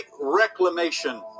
Reclamation